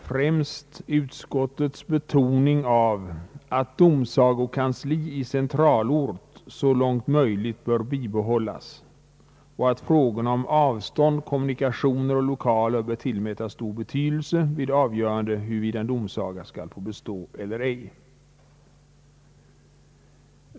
Främst är det utskottets betoning av att domsagokansli i centralort så långt möjligt bör bibehållas och att frågorna om avstånd, kommunikationer och lokaler bör tillmätas stor betydelse vid avgörande huruvida en domsaga skall få bestå eller ej.